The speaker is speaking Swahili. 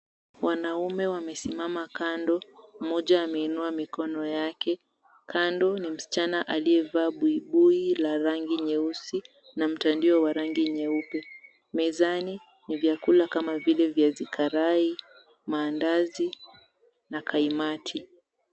Wanaume wamesimama kando mmoja ameinua mkono yake, kando ni msichana aliyevaa buibui la rangi nyeusi na mtandio wa rangi nyeupe. Mezani ni vyakula kama vile viazi karai, mandazi na kaimati.